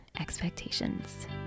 Expectations